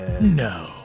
No